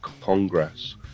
congress